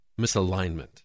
misalignment